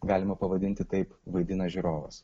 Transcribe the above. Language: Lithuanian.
galima pavadinti taip vaidina žiūrovas